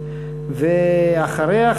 ואחריה,